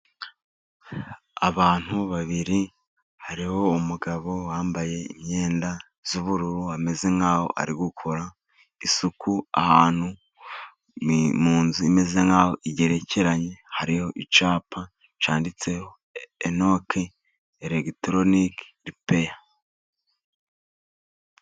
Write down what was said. Abantu babiri hariho umugabo wambaye imyenda y'ubururu, ameze nk'aho ari gukora isuku ahantu mu nzu imeze nk'aho igerekeranye. Hariho icyapa cyanditseho Enoke Elegitoronoke Ripeya.